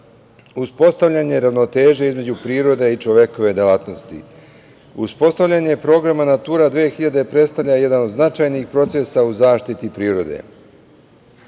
uspostavljanje ravnoteže između prirode i čovekove delatnosti. Uspostavljanje programa „Natura 2000“ predstavlja jedan od značajnih procesa u zaštiti prirode.